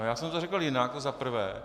Já jsem to řekl jinak, to za prvé.